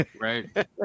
Right